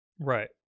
Right